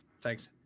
Thanks